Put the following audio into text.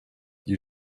you